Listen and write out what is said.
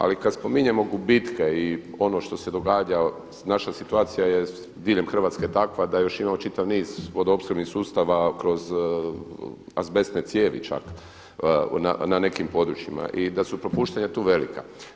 Ali kad spominjemo gubitke i ono što se događa, naša situacija je diljem Hrvatske takva da još imamo čitav niz vodoopskrbnih sustava kroz azbestne cijevi čak na nekim područjima i da su propuštanja tu velika.